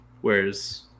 whereas